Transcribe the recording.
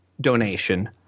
donation